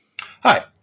Hi